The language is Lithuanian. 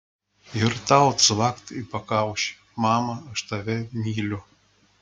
ir tau cvakt į pakaušį mama aš tave myliu